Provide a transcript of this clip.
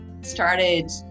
started